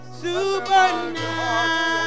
supernatural